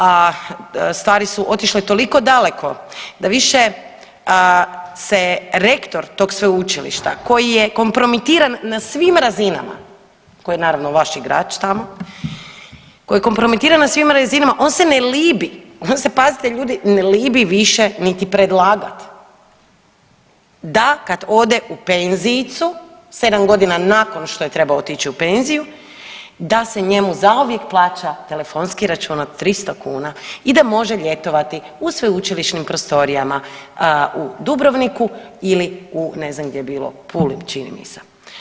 A stvari su otišle toliko daleko, da više se rektor tog sveučilišta koji je kompromitiran na svim razinama koji je naravno vaš igrač tamo, koji je kompromitiran na svim razinama on se ne libi, on se pazite ljudi ne libi više niti predlagati da kad ode u penzijicu sedam godina nakon što je trebao otići u penziju da se njemu zauvijek plaća telefonski račun od 300 kuna i da može ljetovati u sveučilišnim prostorijama u Dubrovniku ili ne znam gdje je bilo Puli čini mi se.